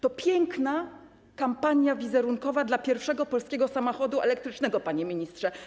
To piękna kampania wizerunkowa dla pierwszego polskiego samochodu elektrycznego, panie ministrze.